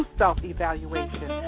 self-evaluation